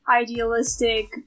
idealistic